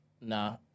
Nah